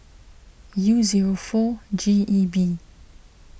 U zero four G E B